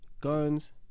Guns